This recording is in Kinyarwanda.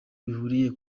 bihuriye